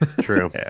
True